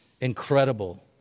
incredible